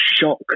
shock